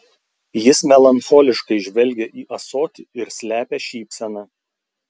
jis melancholiškai žvelgia į ąsotį ir slepia šypseną